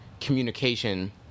communication